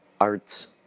Arts